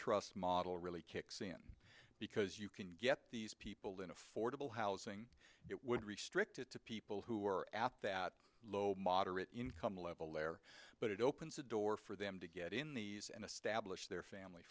trust model really kicks in because you can get these people in affordable housing it would restrict it to people who are at that low moderate income level there but it opens the door for them to get in these and establish their family